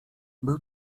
był